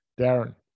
Darren